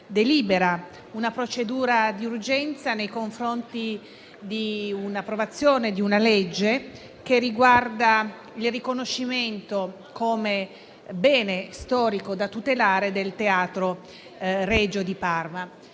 di una procedura di urgenza per l'approvazione di una legge che riguarda il riconoscimento come bene storico da tutelare del Teatro Regio di Parma.